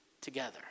together